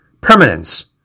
Permanence